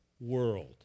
world